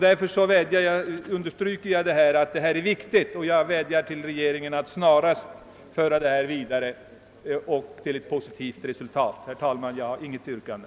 Därför understryker jag att detta är viktigt och vädjar till regeringen att snarast föra förslaget vidare till ett positivt resultat. Herr talman! Jag har inte något yrkande.